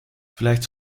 vielleicht